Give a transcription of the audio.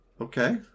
okay